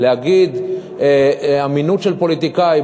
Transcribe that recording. להגיד אמינות של פוליטיקאי,